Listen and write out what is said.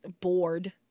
bored